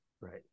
Right